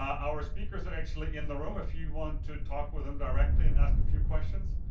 our speakers are actually in the room if you want to talk with them directly and ask a few questions.